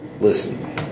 Listen